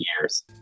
years